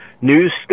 news